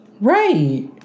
Right